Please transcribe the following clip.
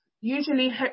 Usually